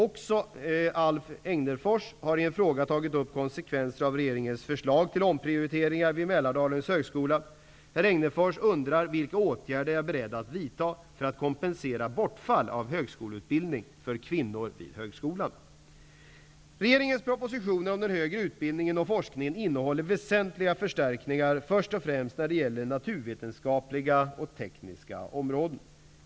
Även Alf Egnerfors har i en fråga tagit upp konsekvenser av regeringens förslag till omprioriteringar vid Mälardalens högskola. Herr Regeringens propositioner om den högre utbildningen och forskningen innehåller väsentliga förstärkningar, först och främst när det gäller det naturvetenskapliga och tekniska området.